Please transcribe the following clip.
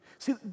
See